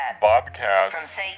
Bobcats